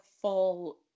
full